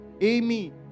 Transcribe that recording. Amy